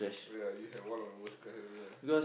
ya you had one of the worst cramp ya